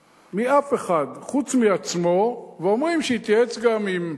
אחד, מאף אחד, חוץ מעצמו, ואומרים שהתייעץ גם עם,